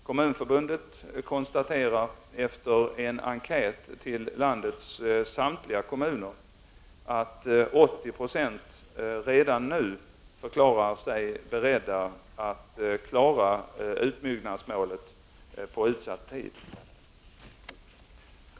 Kommunförbundet konstaterar, efter en enkät till landets samtliga kommuner, att 80 26 redan nu förklarar sig beredda att klara utbyggnadsmålet på utsatt tid.